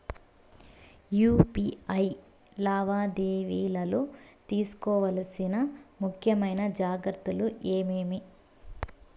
UPI లావాదేవీలలో తీసుకోవాల్సిన ముఖ్యమైన జాగ్రత్తలు ఏమేమీ?